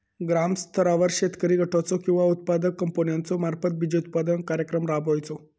ग्रामस्तरावर शेतकरी गटाचो किंवा उत्पादक कंपन्याचो मार्फत बिजोत्पादन कार्यक्रम राबायचो?